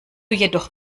jedoch